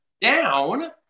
down